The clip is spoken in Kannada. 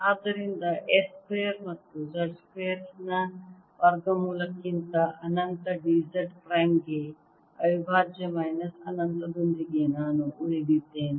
ಆದ್ದರಿಂದ S ಸ್ಕ್ವೇರ್ ಮತ್ತು Z ಪ್ರೈಮ್ ಸ್ಕ್ವೇರ್ನ ವರ್ಗಮೂಲಕ್ಕಿಂತ ಅನಂತ d Z ಪ್ರೈಮ್ಗೆ ಅವಿಭಾಜ್ಯ ಮೈನಸ್ ಅನಂತದೊಂದಿಗೆ ನಾನು ಉಳಿದಿದ್ದೇನೆ